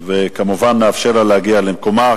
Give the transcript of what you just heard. וכמובן, נאפשר לה להגיע למקומה.